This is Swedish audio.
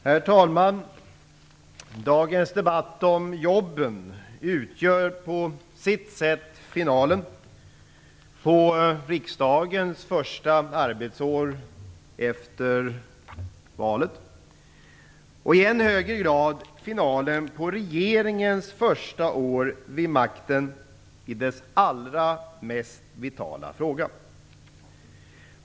Herr talman! Dagens debatt om jobben utgör på sitt sätt finalen på riksdagens första arbetsår efter valet, och i än högre grad finalen på regeringens första år vid makten i dess allra mest vitala fråga.